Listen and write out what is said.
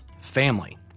family